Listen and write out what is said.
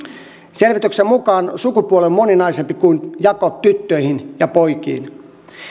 selvityksen mukaan sukupuoli on moninaisempi kuin jako tyttöihin ja poikiin